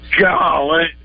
Golly